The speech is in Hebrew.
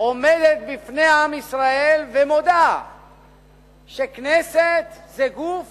עומדת בפני עם ישראל ומודה שכנסת זה גוף